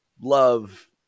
love